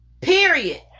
Period